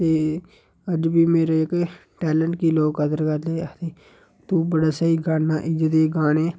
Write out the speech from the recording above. ते अज्ज बी मेरे जेह्के टैलैंट गी लोक कदर करदे तू बड़ा स्हेई गान्नां इ'यै जेह् गाने